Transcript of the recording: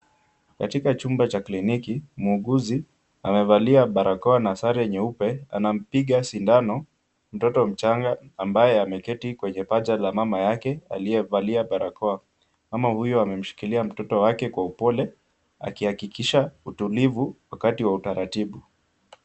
Katika chumba cha kliniki muuguzi amevalia barakoa na sare nyeupe anampiga sindano mtoto mchanga ambaye ameketi kwenye paja la mama yake aliyevalia barakoa. Mama huyo amemshikilia mtoto wake kwa upole akihakikisha utulivu wakati wa utaratibu.